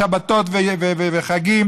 שבתות וחגים,